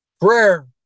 Prayer